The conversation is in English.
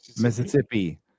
Mississippi